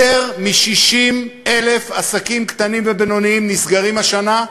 יותר מ-60,000 עסקים קטנים ובינוניים נסגרים השנה,